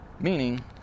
meaning